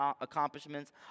accomplishments